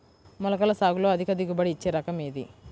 మొలకల సాగులో అధిక దిగుబడి ఇచ్చే రకం ఏది?